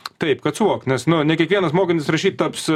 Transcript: taip kad suvokt nes nu ne kiekvienas mokantis rašyt taps